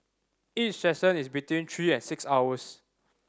each session is between three and six hours